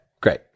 great